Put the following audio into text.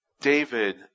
David